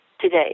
today